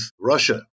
Russia